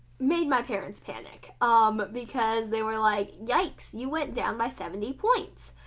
made my parents panic um because they were like yikes! you went down by seventy points.